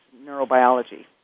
neurobiology